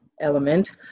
element